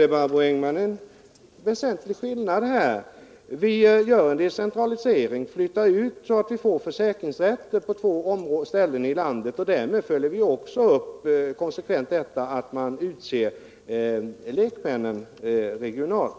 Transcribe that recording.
Det finns en väsentlig skillnad, Barbro Engman. Vi genomför en decentralisering och flyttar ut så att vi får försäkringsrätter på två ställen i landet. Därmed följer vi konsekvent upp att lek männen utses regionalt.